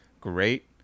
great